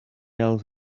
else